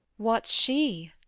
what's she?